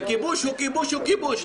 וכיבוש הוא כיבוש הוא כיבוש,